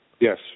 Yes